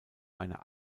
einer